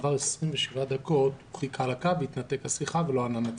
עברו 27 דקות והשיחה התנתקה ולא ענה נציג.